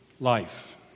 life